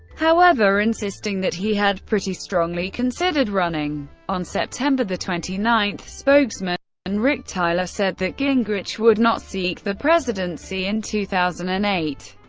however, insisting that he had pretty strongly considered running, on september twenty nine spokesman and rick tyler said that gingrich would not seek the presidency in two thousand and eight,